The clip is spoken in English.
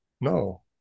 No